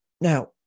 Now